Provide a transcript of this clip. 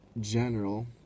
general